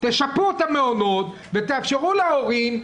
שפעיל לפי הכללים שלו,